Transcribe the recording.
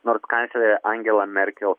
nors kanclerė angela merkel